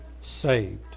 saved